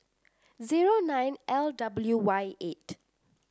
zero nine L W Y eight